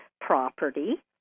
property